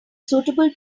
suitable